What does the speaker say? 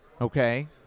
Okay